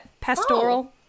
Pastoral